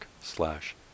slash